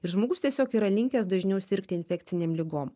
ir žmogus tiesiog yra linkęs dažniau sirgti infekcinėm ligom